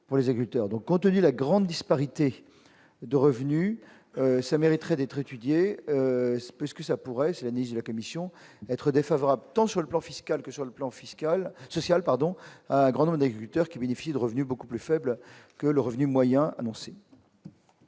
pour les agriculteurs, donc la grande disparité de revenus, ça mériterait d'être étudiée, puisque que ça pourrait Célanèse la commission être défavorable tant sur le plan fiscal que sur le plan fiscal, social, pardon à un grand nombre des lutteurs qui bénéficient de revenus beaucoup plus faible que le revenu moyen annoncé.